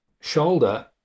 shoulder